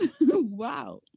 Wow